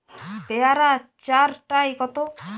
পেয়ারা চার টায় কত?